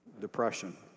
depression